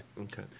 Okay